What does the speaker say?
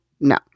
No